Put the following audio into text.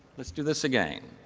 let's do this again.